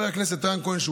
שחבר הכנסת רן כהן,